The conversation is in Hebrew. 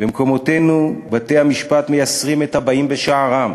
במקומותינו בתי-המשפט מייסרים את הבאים בשערם,